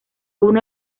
uno